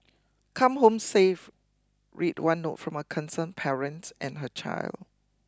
come home safe read one note from a concerned parent and her child